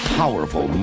powerful